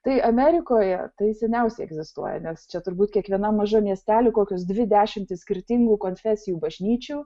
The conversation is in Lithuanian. tai amerikoje tai seniausiai egzistuoja nes čia turbūt kiekvienam mažam miestely kokios dvi dešimtys skirtingų konfesijų bažnyčių